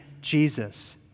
Jesus